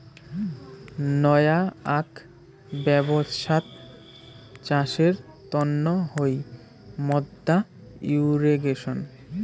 নয়া আক ব্যবছ্থা চাষের তন্ন হই মাদ্দা ইর্রিগেশন